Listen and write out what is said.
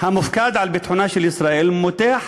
המופקד על ביטחונה של ישראל, מותח